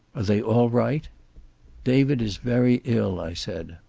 are they all right david is very ill i said.